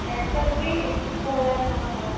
षड् वर्गे होरा नाम का